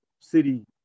city